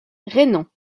rainans